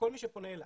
כל מי שפונה אלי,